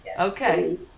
Okay